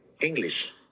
English